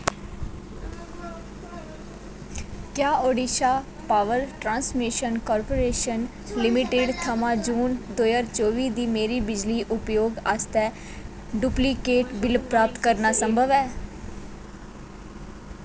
क्या Odisha power transmission corporation limited थमां जून दो ज्हार चौवी दी मेरी बिजली उपयोग आस्तै डुप्लीकेट बिल प्राप्त करना संभव ऐ